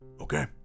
Okay